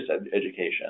education